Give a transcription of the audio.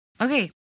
Okay